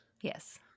Yes